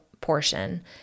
portion